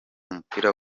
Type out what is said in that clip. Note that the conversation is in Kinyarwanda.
umupira